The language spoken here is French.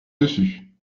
dessus